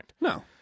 No